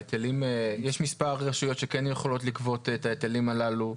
יש מספר רשויות שכן יכולות לגבות את ההיטלים הללו.